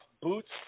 Boots